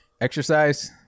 Exercise